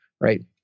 right